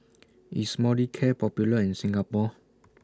IS Molicare Popular in Singapore